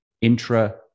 intra